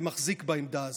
ומחזיק בעמדה הזאת.